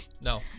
No